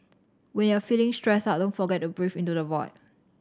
when you are feeling stressed out don't forget to breathe into the void